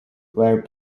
were